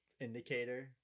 indicator